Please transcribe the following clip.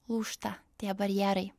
lūžta tie barjerai